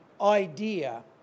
idea